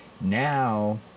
now